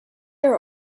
are